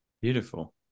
Beautiful